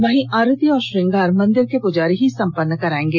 वहीं आरती व श्रृगांर मंदिर के पूजारी ही संपन्न कराएंगे